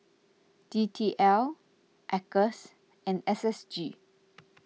D T L Acres and S S G